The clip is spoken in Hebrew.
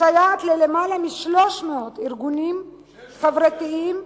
מסייעת ליותר מ-300 ארגונים חברתיים.